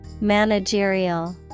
Managerial